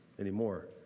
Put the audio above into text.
anymore